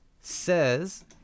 says